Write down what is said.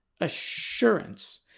assurance